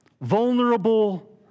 vulnerable